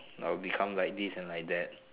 I will become like this and like that